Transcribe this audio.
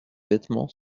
vêtements